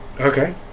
Okay